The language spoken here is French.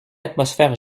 atmosphère